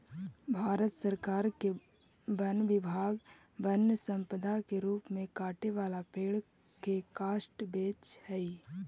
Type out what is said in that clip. भारत सरकार के वन विभाग वन्यसम्पदा के रूप में कटे वाला पेड़ के काष्ठ बेचऽ हई